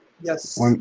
yes